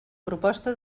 proposta